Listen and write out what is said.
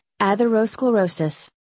atherosclerosis